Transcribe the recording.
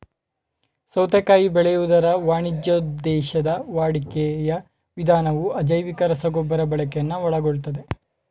ಸೌತೆಕಾಯಿ ಬೆಳೆಯುವುದರ ವಾಣಿಜ್ಯೋದ್ದೇಶದ ವಾಡಿಕೆಯ ವಿಧಾನವು ಅಜೈವಿಕ ರಸಗೊಬ್ಬರ ಬಳಕೆಯನ್ನು ಒಳಗೊಳ್ತದೆ